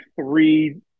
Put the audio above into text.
three